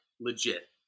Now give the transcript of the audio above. legit